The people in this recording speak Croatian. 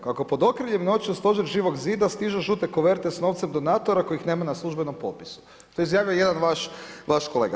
Kako pod okriljem noći u stožer Živog Zida stižu žute kuverte s novcem donatora kojih nema na službenom popisu.“ To je izjavio jedan vaš kolega.